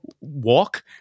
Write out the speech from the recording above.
walk